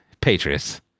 Patriots